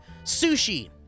Sushi